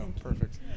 perfect